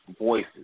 Voices